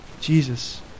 Jesus